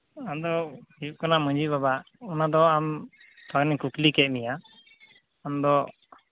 ᱟᱫᱚ ᱦᱩᱭᱩᱜ ᱠᱟᱱᱟ ᱢᱟᱺᱡᱷᱤ ᱵᱟᱵᱟ ᱚᱱᱟᱫᱚ ᱟᱢ ᱠᱩᱠᱞᱤ ᱠᱮᱫ ᱢᱮᱭᱟ ᱟᱢᱫᱚ